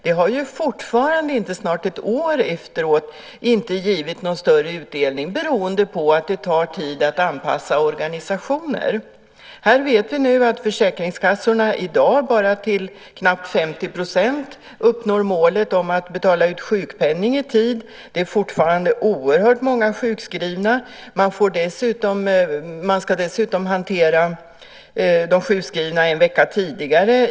Det har fortfarande inte, snart ett år efteråt, givit någon större utdelning beroende på att det tar tid att anpassa organisationer. Vi vet nu att försäkringskassorna i dag bara till knappt 50 % uppnår målet om att betala ut sjukpenning i tid. Det är fortfarande oerhört många sjukskrivna. Man ska dessutom hantera de sjukskrivna en vecka tidigare.